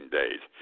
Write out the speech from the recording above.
days